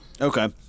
okay